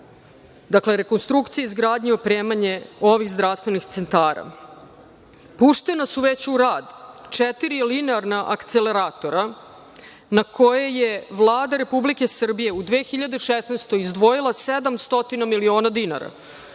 Dakle, rekonstrukcija izgradnje i opremanje ovih zdravstvenih centara. Puštena su već u rad četiri linearna akceleratora na koje je Vlada Republike Srbije u 2016. godini izdvojila 700 miliona dinara.